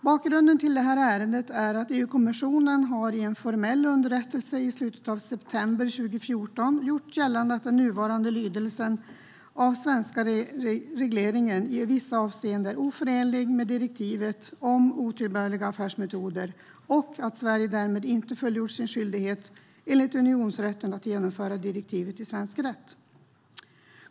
Bakgrunden till ärendet är att EU-kommissionen i en formell underrättelse i slutet av september 2014 har gjort gällande att den nuvarande lydelsen i den svenska regleringen i vissa avseenden är oförenlig med direktivet om otillbörliga affärsmetoder och att Sverige därmed inte följer upp sin skyldighet enligt unionsrätten att genomföra direktivet i svensk rätt.